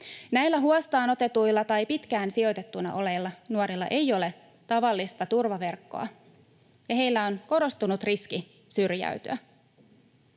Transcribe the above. Näillä huostaanotetuilla tai pitkään sijoitettuina olleilla nuorilla ei ole tavallista turvaverkkoa, ja heillä on korostunut riski syrjäytyä.